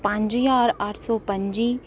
पंज ज्हार अट्ठ सौ पं'ज्जी